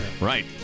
Right